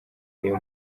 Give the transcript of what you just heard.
niyo